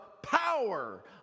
power